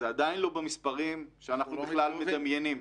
זה עדיין לא במספרים שאנחנו מדמיינים.